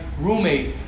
roommate